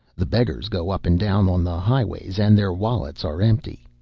the beggars go up and down on the highways, and their wallets are empty.